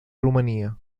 rumanía